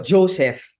Joseph